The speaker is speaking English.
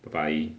the bye